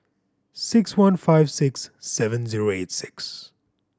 six one five six seven zero eight six